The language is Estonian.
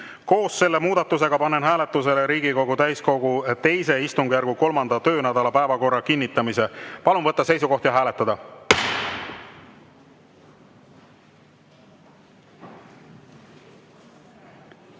Koos selle muudatusega panen hääletusele Riigikogu täiskogu II istungjärgu 3. töönädala päevakorra kinnitamise. Palun võtta seisukoht ja hääletada!